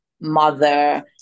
mother